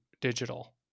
digital